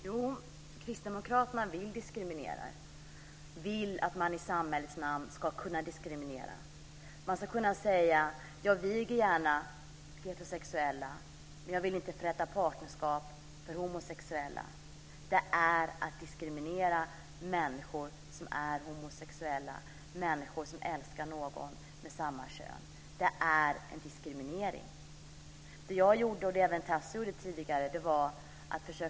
Fru talman! Kristdemokraterna vill diskriminera. De vill att man i samhällets namn ska kunna diskriminera. Man ska kunna säga "Jag viger gärna heterosexuella, men jag vill inte vara registreringsförrättare för homosexuella". Det är att diskriminera människor som är homosexuella - människor som älskar någon med samma kön. Det är en diskriminering. Det jag och även Tasso försökte göra tidigare var en jämförelse.